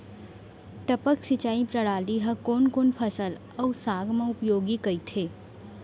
टपक सिंचाई प्रणाली ह कोन कोन फसल अऊ साग म उपयोगी कहिथे?